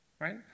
Right